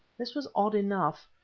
this was odd enough,